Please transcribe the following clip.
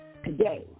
Today